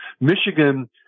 Michigan –